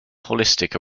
holistic